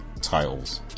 titles